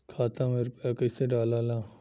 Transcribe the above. खाता में रूपया कैसे डालाला?